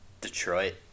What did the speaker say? detroit